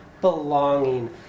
belonging